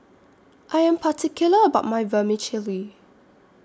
I Am particular about My Vermicelli